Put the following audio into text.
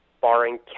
barring